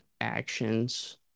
actions